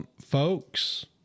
Folks